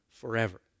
forever